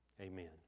Amen